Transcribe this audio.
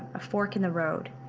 a fork in the road,